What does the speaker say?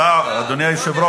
אדוני סגן השר.